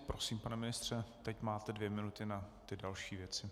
Prosím, pane ministře, teď máte dvě minuty na ty další věci.